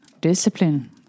discipline